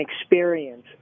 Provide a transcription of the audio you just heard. experience